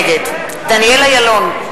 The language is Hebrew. נגד דניאל אילון,